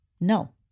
no